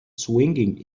swinging